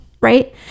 right